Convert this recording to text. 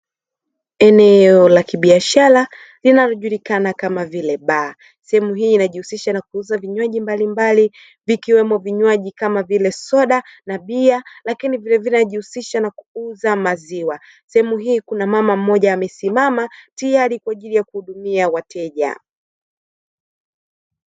Eneo la kibiashara linalojulikana kama baa, sehemu hii inajihusisha na kuuza vinywaji mbalimbali vikiwemo vinywaji kama vile soda na bia lakini vile vile linajihusisha na kuuza maziwa, sehemu hii kuna mama mmoja amesimama tayari kuhudumia wateja.